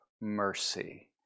mercy